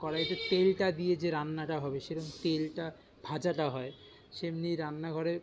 কড়াইতে তেলটা দিয়ে যে রান্নাটা হবে সেটা তেলটা ভাজাটা হয় সেমনি রান্নাঘরে